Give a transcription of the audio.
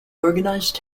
organized